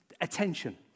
attention